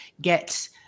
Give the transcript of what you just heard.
get